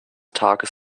tages